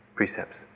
Precepts